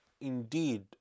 indeed